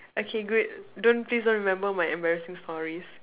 uh okay good don't please don't remember my embarrassing stories